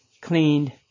cleaned